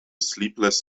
sleepless